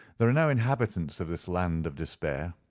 there are no inhabitants of this land of despair.